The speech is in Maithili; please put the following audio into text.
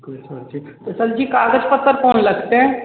सरजी कागज पत्तर कोन लगतै